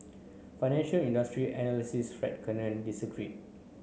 financial industry analyst Fred Cannon disagreed